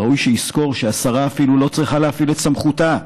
ראוי שיזכור שהשרה אפילו לא צריכה להפעיל את סמכותה.